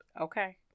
Okay